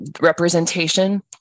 representation